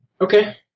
Okay